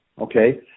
okay